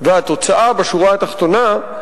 והתוצאה בשורה התחתונה,